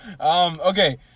Okay